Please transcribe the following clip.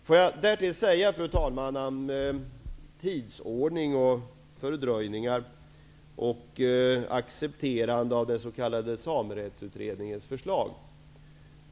Får jag därtill, fru talman, säga något om tidsordning, fördröjningar och accepterande av den s.k. Samerättsutredningen.